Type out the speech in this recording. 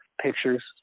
pictures